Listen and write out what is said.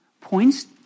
points